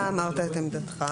אתה אמרת את עמדתך.